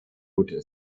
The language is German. gut